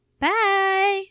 bye